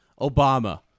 Obama